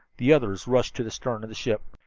the others rushed to the stern of the ship.